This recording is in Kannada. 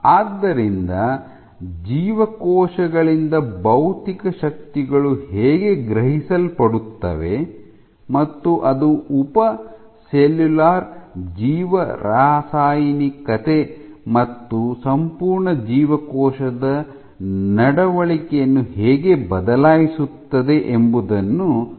ಆದ್ದರಿಂದ ಜೀವಕೋಶಗಳಿಂದ ಭೌತಿಕ ಶಕ್ತಿಗಳು ಹೇಗೆ ಗ್ರಹಿಸಲ್ಪಡುತ್ತವೆ ಮತ್ತು ಅದು ಉಪ ಸೆಲ್ಯುಲಾರ್ ಜೀವರಾಸಾಯನಿಕತೆ ಮತ್ತು ಸಂಪೂರ್ಣ ಜೀವಕೋಶದ ನಡವಳಿಕೆಯನ್ನು ಹೇಗೆ ಬದಲಾಯಿಸುತ್ತದೆ ಎಂಬುದನ್ನು ನಾನು ಚರ್ಚಿಸುತ್ತೇನೆ